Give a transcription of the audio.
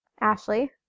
Ashley